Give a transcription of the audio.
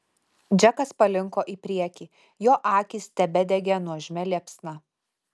džekas palinko į priekį jo akys tebedegė nuožmia liepsna